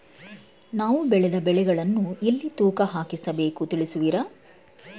ನಾವು ಬೆಳೆದ ಬೆಳೆಗಳನ್ನು ಎಲ್ಲಿ ತೂಕ ಹಾಕಿಸ ಬೇಕು ತಿಳಿಸುವಿರಾ?